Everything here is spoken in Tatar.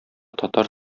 татар